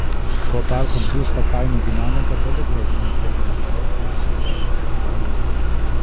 tuo tarpu būsto kainų dinamika toli gražu nesiekia netvaraus prieš krizę fiksuoto augimo